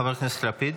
חבר הכנסת לפיד.